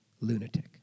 Lunatic